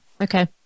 Okay